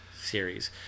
series